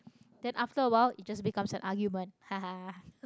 then after a while it just becomes an argument [haha]